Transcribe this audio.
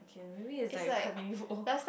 maybe is like quite meaningful